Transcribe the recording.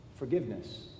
forgiveness